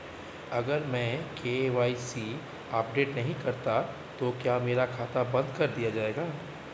अगर मैं KYC update नहीं करता तो क्या मेरा खाता बंद कर दिया जाएगा?